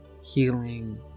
healing